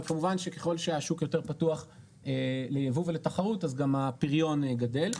אבל כמובן שככל שהשוק יותר פתוח ליבוא ולתחרות אז גם הפריון גדל.